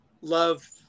Love